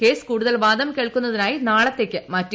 case കൂടുതൽ വാദം കേൾക്കുന്നതിനായി നാളെത്തേയ്ക്ക് മാറ്റി